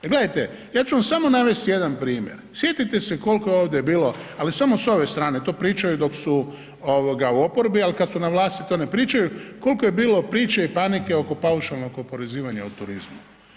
Gledajte, ja ću vam samo navesti jedan primjer, sjetite se kolko je ovdje bilo, ali samo s ove strane, to pričaju dok su u oporbi, al kad su na vlasti to ne pričaju, kolko je bilo priče i panike oko paušalnog oporezivanja u turizmu.